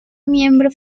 miembro